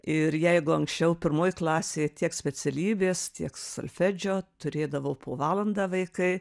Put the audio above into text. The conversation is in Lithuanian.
ir jeigu anksčiau pirmoj klasėj tiek specialybės tiek solfedžio turėdavo po valandą vaikai